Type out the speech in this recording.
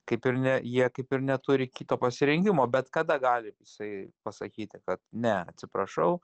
kaip ir ne jie kaip ir neturi kito pasirinkimo bet kada gali jisai pasakyti kad ne atsiprašau